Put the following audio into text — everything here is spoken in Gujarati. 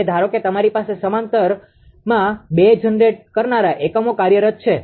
હવે ધારો કે તમારી પાસે સમાંતરમાં બે જનરેટ કરનારા એકમો કાર્યરત છે